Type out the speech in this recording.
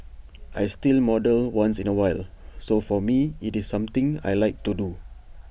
I still model once in A while so for me IT is something I Like to do